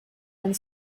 and